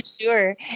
Sure